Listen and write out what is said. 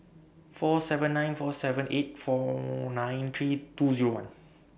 four seven nine four seven eight four nine three two Zero one